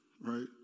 right